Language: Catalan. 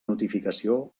notificació